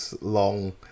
long